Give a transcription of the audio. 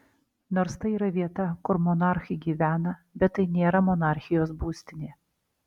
nors tai yra vieta kur monarchai gyvena bet tai nėra monarchijos būstinė